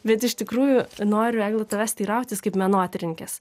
bet iš tikrųjų noriu egla tavęs teirautis kaip menotyrininkės